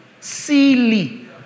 Silly